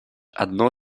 одно